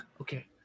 Okay